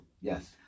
Yes